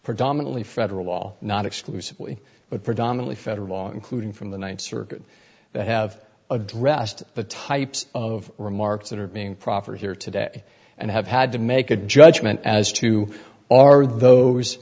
predominantly federal law not exclusively but predominately federal law including from the ninth circuit have addressed the types of remarks that are being proffered here today and have had to make a judgment as to are those